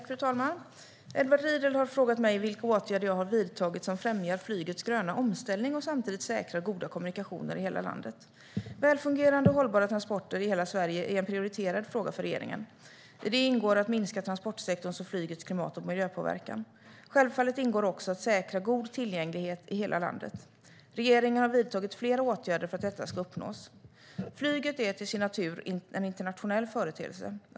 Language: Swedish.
Fru talman! Edward Riedl har frågat mig vilka åtgärder jag har vidtagit som främjar flygets gröna omställning och samtidigt säkrar goda kommunikationer i hela landet. Välfungerande och hållbara transporter i hela Sverige är en prioriterad fråga för regeringen. I det ingår att minska transportsektorns och flygets klimat och miljöpåverkan. Självfallet ingår också att säkra god tillgänglighet i hela landet. Regeringen har vidtagit flera åtgärder för att detta ska uppnås. Flyget är till sin natur en internationell företeelse.